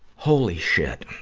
holy shit!